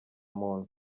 muntu